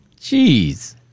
Jeez